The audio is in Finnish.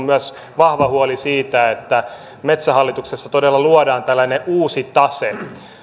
myös vahva huoli siitä että metsähallituksessa todella luodaan tällainen uusi tase se